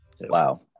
Wow